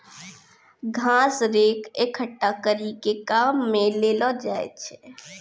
घास रेक एकठ्ठा करी के काम मे लैलो जाय छै